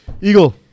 Eagle